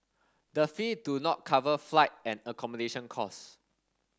the fee do not cover flight and accommodation costs